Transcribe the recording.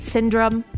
Syndrome